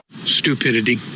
Stupidity